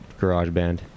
GarageBand